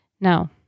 Now